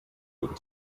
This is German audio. guten